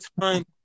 time